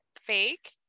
fake